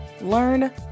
Learn